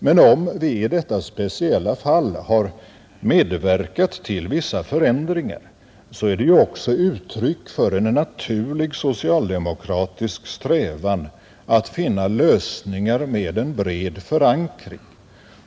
Men om vi i detta speciella fall har medverkat till vissa förändringar, så är det ju också uttryck för en naturlig socialdemokratisk strävan att finna lösningar med en bred förankring.